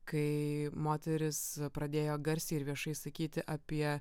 kai moteris pradėjo garsiai ir viešai sakyti apie